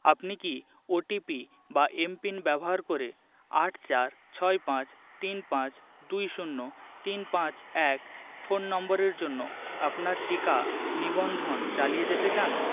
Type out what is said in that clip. আপনি কি O T P বা এম পিন ব্যবহার করে আট চার ছয় পাঁচ তিন পাঁচ দুই শূন্য তিন পাঁচ এক ফোন নম্বরের জন্য আপনার টিকা নিবন্ধন চালিয়ে যেতে চান